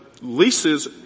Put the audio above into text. leases